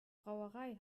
brauerei